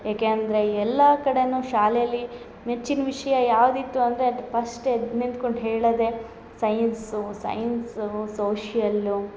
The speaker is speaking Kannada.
ಏಕೆ ಅಂದರೆ ಈ ಎಲ್ಲಾ ಕಡೆನು ಶಾಲೆಯಲ್ಲಿ ಮೆಚ್ಚಿನ ವಿಷಯ ಯಾವ್ದು ಇತ್ತು ಅಂದರೆ ಅದು ಪಸ್ಟ್ ಎದ್ದು ನಿಂತ್ಕೊಂಡು ಹೇಳೋದೇ ಸೈನ್ಸು ಸೈನ್ಸು ಸೋಷ್ಯಲ್ಲು